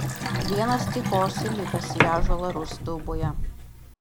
vienas tykos įlipęs į ąžuolą rusų dauboje